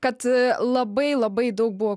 kad labai labai daug buvo